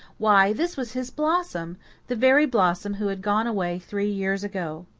why, this was his blossom the very blossom who had gone away three years ago!